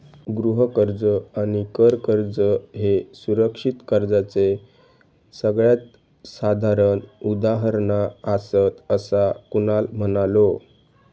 गृह कर्ज आणि कर कर्ज ह्ये सुरक्षित कर्जाचे सगळ्यात साधारण उदाहरणा आसात, असा कुणाल म्हणालो